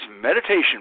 Meditation